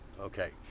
okay